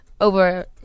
over